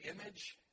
image